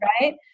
Right